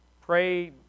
Pray